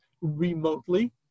remotely